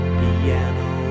piano